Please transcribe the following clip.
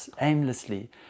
aimlessly